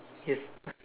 yes uh